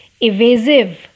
evasive